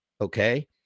okay